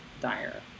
dire